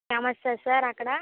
సమస్యా sir అక్కడ